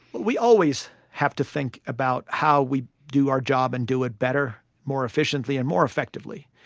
we always have to think about how we do our job and do it better, more efficiently and more effectively.